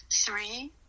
three